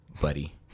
buddy